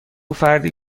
فردی